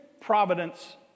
providence